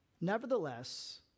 nevertheless